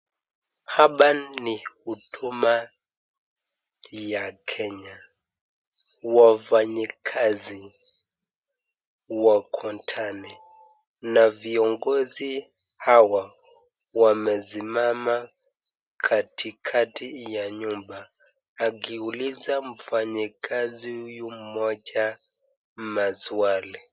Hapa ni huduma ya Kenya. Wafanyikazi wako ndani na viongozi hawa wamesimama katikati ya nyumba akiuliza mfanyikazi huyu mmoja maswali.